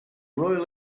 royal